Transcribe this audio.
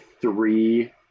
three